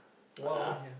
one one here